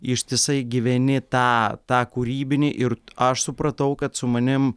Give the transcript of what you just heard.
ištisai gyveni tą tą kūrybinį ir aš supratau kad su manim